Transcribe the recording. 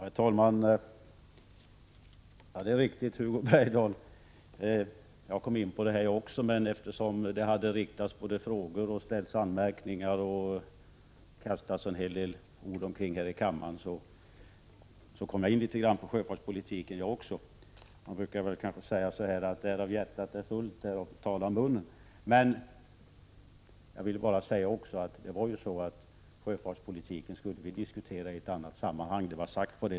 Herr talman! Det är riktigt, Hugo Bergdahl, att jag också kom in på det här resonemanget. Man har ju ställt frågor, riktat anmärkningar och strött en hel del ord kring sig här i kammaren, och därför kom också jag in litet grand på sjöfartspolitiken. Det heter ju: Varav hjärtat är fullt därav talar munnen. Jag vill bara säga att sjöfartspolitiken skulle diskuteras i ett annat sammanhang. Det var ju sagt så.